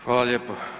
Hvala lijepo.